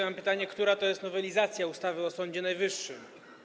Mam pytanie: Która to jest nowelizacja ustawy o Sądzie Najwyższym?